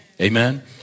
Amen